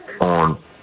on